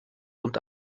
und